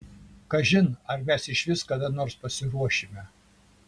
kažin ar mes išvis kada nors pasiruošime